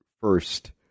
first